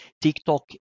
TikTok